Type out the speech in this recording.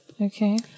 Okay